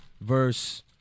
verse